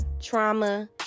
trauma